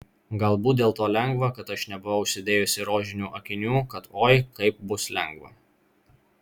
galbūt dėl to lengva kad aš nebuvau užsidėjusi rožinių akinių kad oi kaip bus lengva